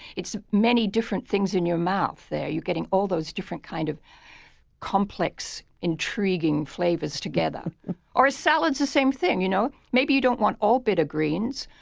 it's many different things in your mouth. you're getting all those different kinds of complex, intriguing flavors together or a salad the same thing. you know maybe you don't want all bitter greens,